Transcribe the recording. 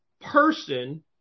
person